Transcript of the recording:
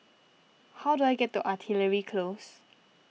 how do I get to Artillery Close